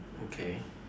okay